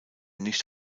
nicht